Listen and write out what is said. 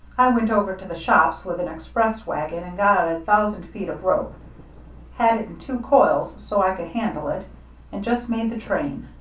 i went over to the shops with an express wagon and got a thousand feet of rope had it in two coils so i could handle it and just made the train.